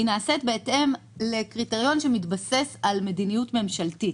נעשית בהתאם לקריטריון שמתבסס על מדיניות ממשלתית,